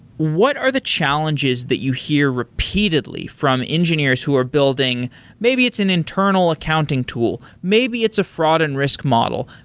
what are the challenges that you hear repeatedly from engineers who are building maybe it's an internal accounting tool. maybe it's a fraud and risk model,